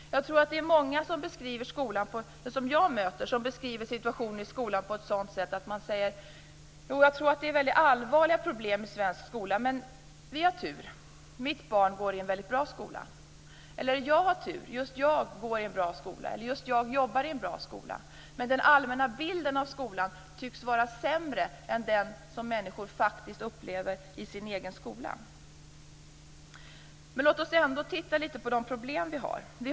Många av dem jag möter beskriver situationen i skolan med följande: "Jo, jag tror att det är allvarliga problem i svensk skola. Men jag har tur. Mitt barn går i en bra skola." "Jag har tur. Jag går i en bra skola." "Just jag jobbar i en bra skola." Den allmänna bilden av skolan tycks vara sämre än den som människor faktiskt upplever i sin egen skola. Låt oss ändå titta litet på de problem som finns.